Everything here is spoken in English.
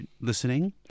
listening